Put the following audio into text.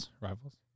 rivals